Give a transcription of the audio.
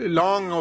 long